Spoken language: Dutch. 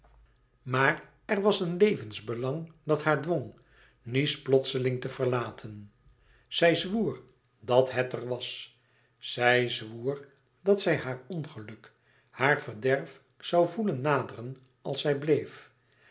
maar er was een levensbelang dat haar dwong nice plotseling te verlaten zij zwoer e ids aargang dat het er was zij zwoer dat zij haar ongeluk haar verderf zoû voelen naderen als zij bleef